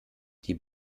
die